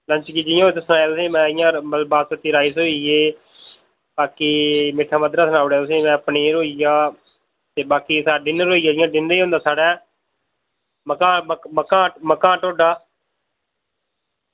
lunch गी जि'यां सनाया तुसें ई में इयां बासमती राइस होइये बाकी मिट्ठा मद्धरा सनाउड़ेया तुसें में पनीर होइया ते बाकी डिनर होइया जि'यां डिनर गी होंदा साढ़ै मक्कां दा मक्कां दा मक्कां दा ढोडा